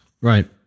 Right